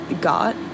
got